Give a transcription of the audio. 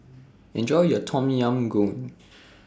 Enjoy your Tom Yam Goong